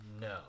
No